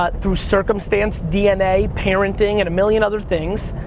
ah through circumstance, dna, parenting, and a million other things,